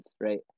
right